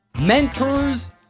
mentors